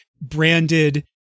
branded